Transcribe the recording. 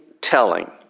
telling